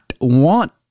want